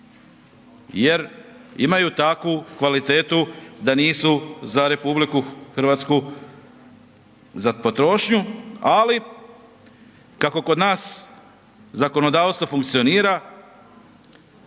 jer imaju takvu kvalitetu da nisu za RH za potrošnju, ali kako kod nas zakonodavstvo funkcionira